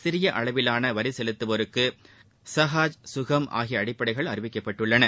சிறிய அளவிலான வரி செலுத்துவோருக்கு ஸஹாஜ் சுகம் ஆகிய அடிப்படைகள் அறிவிக்கப்பட்டுள்ளது